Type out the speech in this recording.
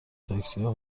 تاکسیا